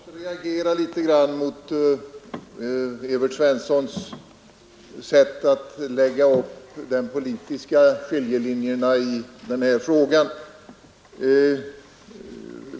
Herr talman! Jag måste reagera litet mot Evert Svenssons sätt att dra de politiska skiljelinjerna i denna fråga.